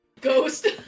Ghost